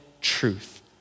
truth